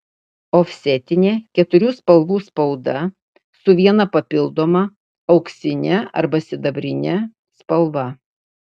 ofsetinė keturių spalvų spauda su viena papildoma auksine arba sidabrine spalva